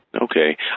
Okay